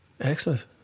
Excellent